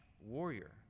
warrior